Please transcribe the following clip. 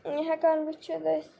ہٮ۪کان وُچھِتھ أسۍ